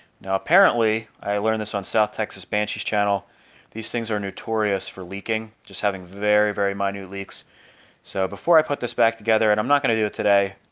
now apparently i learned this on south texas banshees channel these things are notorious for leaking just having very very my new leaks so before i put this back together, and i'm not going to do it today.